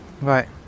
Right